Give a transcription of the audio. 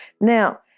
Now